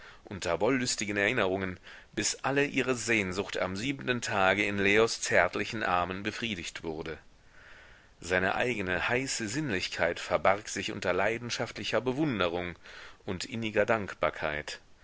unter wollüstigen erinnerungen bis alle ihre sehnsucht am siebenten tage in leos zärtlichen armen befriedigt wurde seine eigne heiße sinnlichkeit verbarg sich unter leidenschaftlicher bewunderung und inniger dankbarkeit